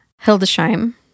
Hildesheim